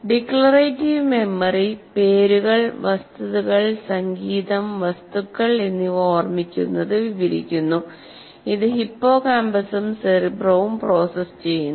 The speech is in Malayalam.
ഡിക്ലറേറ്റീവ് മെമ്മറി പേരുകൾ വസ്തുതകൾ സംഗീതം വസ്തുക്കൾ എന്നിവ ഓർമ്മിക്കുന്നത് വിവരിക്കുന്നു ഇത് ഹിപ്പോകാമ്പസും സെറിബ്രവും പ്രോസസ്സ് ചെയ്യുന്നു